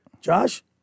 Josh